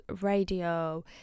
radio